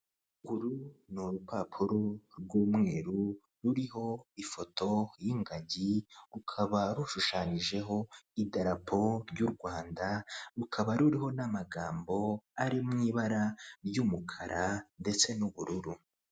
Uru ni urupapuro rw'umweru ruriho ifoto y'ingagi, rukaba rushushanyijeho idarapo ry'U Rwanda, rukaba ruriho n'amagambo ari mu ibara ry'umukara ndetse n'ubururu.